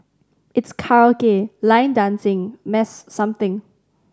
it's karaoke line dancing mass something